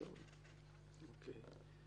נמשיך.